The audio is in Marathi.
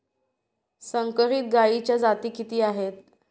संकरित गायीच्या जाती किती आहेत?